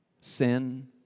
sin